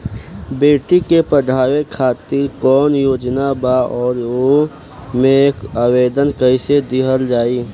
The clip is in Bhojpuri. बेटी के पढ़ावें खातिर कौन योजना बा और ओ मे आवेदन कैसे दिहल जायी?